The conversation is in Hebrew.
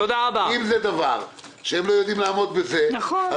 אם זה דבר שהם לא יודעים לעמוד בזה אז